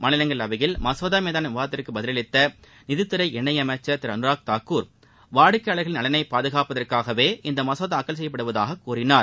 மாநிலங்களவையில் மசோதா மீதான விவாதத்திற்கு பதிலளித்த நிதித்துறை இணை அமைச்சர் திரு அனுராக் தாகூர் வாடிக்கையாளர்களின் நலனை பாதுகாப்பதற்காகவே இந்த மசோதா தாக்கல் செய்யப்படுவதாக கூறினார்